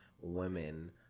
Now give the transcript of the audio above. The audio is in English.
women